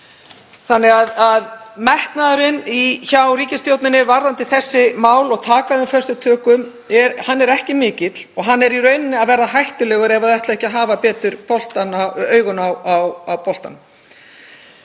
Metnaðurinn hjá ríkisstjórninni varðandi þessi mál og að taka þau föstum tökum er ekki mikill og er í rauninni að verða hættulegur ef þau ætla ekki að hafa betur augun á boltanum.